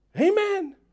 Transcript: Amen